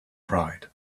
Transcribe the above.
pride